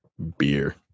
beer